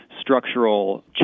structural